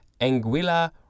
Anguilla